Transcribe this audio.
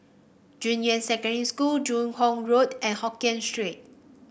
Junyuan Secondary School Joo Hong Road and Hokien Street